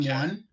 one